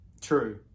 True